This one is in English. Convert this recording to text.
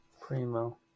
Primo